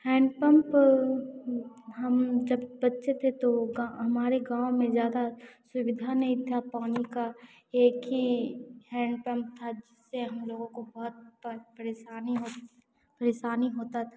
hand pump तो हम जब बच्चे थे तो गाव हमारे गाँव में ज़्यादा सुविधा नहीं था पानी का एक ही हैण्ड पम्प था जिससे हम लोगों को बहुत बार परेशानी होती थी परेशानी होता था